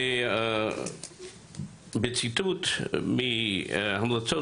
בציטוט המלצות